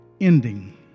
ending